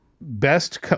best